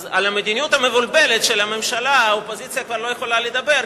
אז על "המדיניות המבולבלת" של הממשלה האופוזיציה כבר לא יכולה לדבר,